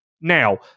Now